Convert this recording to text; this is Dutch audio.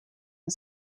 een